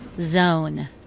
zone